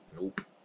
Nope